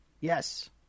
Yes